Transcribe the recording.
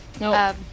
no